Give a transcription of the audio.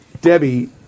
Debbie